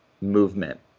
movement